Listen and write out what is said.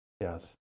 Yes